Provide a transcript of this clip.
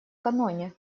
каноне